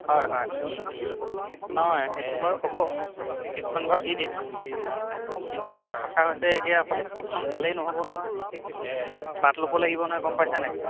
হয় হয় নহয় সেইটো বাৰু হ'ব ইস্ক্ৰিপখন বাাৰু দি দিম কিন্তু কথা হৈছে এতিয়া অকল ইস্ক্ৰিপখন চালেই নহ'ব নহয় পাৰ্ট ল'ব লাগিব নহয় গম পাইছা নাই